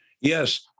Yes